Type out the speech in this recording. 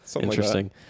interesting